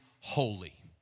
holy